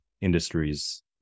industries